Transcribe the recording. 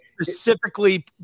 specifically